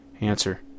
Answer